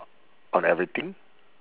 on everything